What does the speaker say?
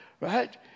Right